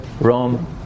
Rome